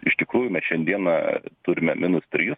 iš tikrųjų mes šiandieną turime minus tris